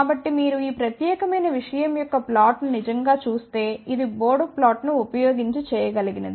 కాబట్టి మీరు ఈ ప్రత్యేకమైన విషయం యొక్క ప్లాట్ను నిజంగా చూస్తే ఇది బోడ్ ప్లాట్ను ఉపయోగించి చేయగలిగేది